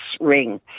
ring